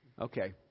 Okay